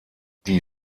die